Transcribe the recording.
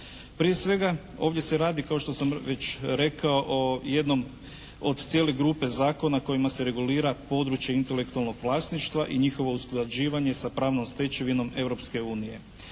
Prije svega ovdje se radi kao što sam već rekao o jednom od cijele grupe zakona kojima se regulira područje intelektualnog vlasništva i njihovo usklađivanje sa pravnom stečevinom